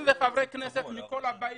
שרים וחברי כנסת מכל הבית